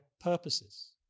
purposes